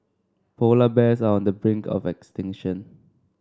polar bears are on the brink of extinction